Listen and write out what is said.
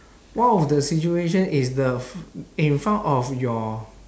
one of the situation is the f~ in front of your